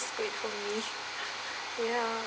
squid for me ya